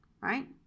right